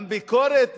גם ביקורת